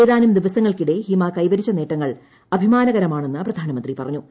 ഏതാനും ദിവസങ്ങൾക്കിടെ ഹിമ കൈവരിച്ച നേട്ടങ്ങൾ അഭിമാനകരമാണെന്ന് പ്രധാനമന്ത്രി പറഞ്ഞു